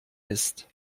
ist